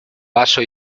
vaso